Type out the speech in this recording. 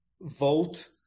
vote